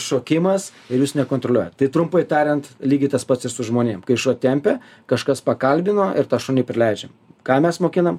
šokimas ir jūs nekontroliuojat tai trumpai tariant lygiai tas pats ir su žmonėm kai šuo tempia kažkas pakalbino ir tą šunį perleidžiam ką mes mokinam